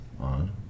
on